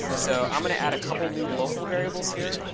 so i'm going to add a couple new local variables here.